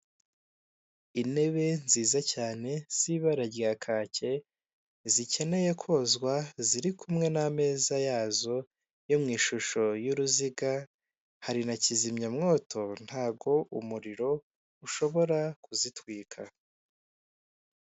Intebe nziza cyane z'ibara rya kaki zikeneye kozwa ziri kumwe n'ameza yazo yo mu ishusho y'uruziga, hari na kizimyamwoto ntabwo umuriro ushobora kuzitwika.